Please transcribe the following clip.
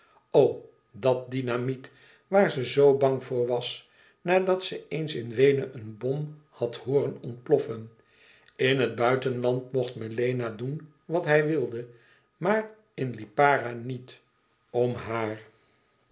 dat dynamiet waar ze zoo bang voor was nadat ze eens in weenen een bom had hooren ontploffen in het buitenland mocht melena doen wat hij wilde maar in lipara niet om haar